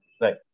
Right